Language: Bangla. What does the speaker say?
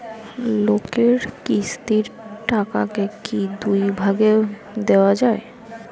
লোনের কিস্তির টাকাকে কি দুই ভাগে দেওয়া যায়?